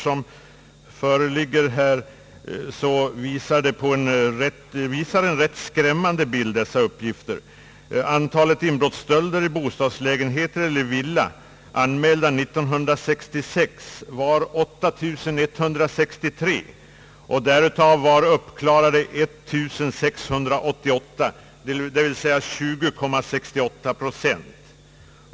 Föreliggande uppgifter visar en rätt skrämmande bild. Antalet inbrottsstölder i bostadslägenheter eller villor, anmälda 1966, var 8163. Av dessa var 1688 uppklarade, dvs. 20,68 procent.